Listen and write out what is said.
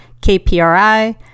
KPRI